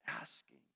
asking